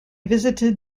visited